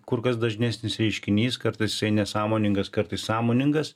kur kas dažnesnis reiškinys kartais jisai nesąmoningas kartais sąmoningas